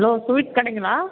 hello sweet கடைங்களா